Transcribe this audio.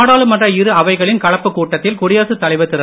நாடாளுமன்ற இரு அவைகளின் கலப்புக் கூட்டத்தில் குடியரசுத் தலைவர் திரு